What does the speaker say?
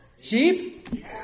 Sheep